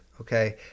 okay